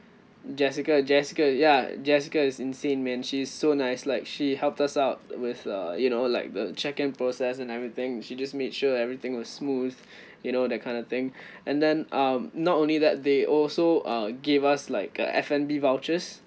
jessica jessica ya jessica is insane man she's so nice like she helped us out with uh you know like the check-in process and everything she just made sure everything was smooth you know that kind of thing and then um not only that they also uh gave us like a F&B vouchers